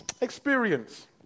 experience